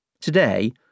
Today